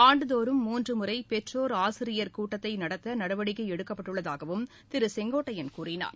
ஆண்டுதோறும் மூன்று முறை பெற்றோர் ஆசிரியர் கூட்டத்தை நடத்த நடவடிக்கை எடுக்கப்பட்டுள்ளதாகவும் திரு கே ஏ செங்கோட்டையன் கூறினார்